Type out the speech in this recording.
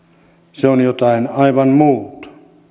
se on jotain aivan muuta